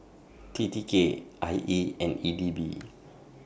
T T K I E and E D B